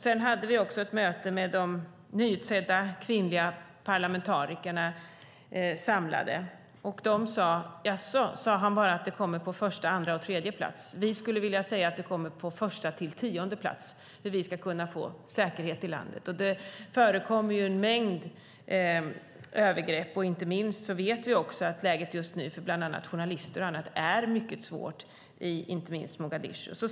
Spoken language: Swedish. Sedan hade vi också ett möte med de nyutsedda kvinnliga parlamentarikerna samlade, och de sade: Jaså, sade han bara att det kommer på första, andra och tredje plats? Vi skulle vilja säga att frågan hur vi ska kunna få säkerhet i landet kommer på första till tionde plats. Det förekommer ju en mängd övergrepp, och vi vet att läget just nu för bland annat journalister och andra är mycket svårt inte minst i Mogadishu.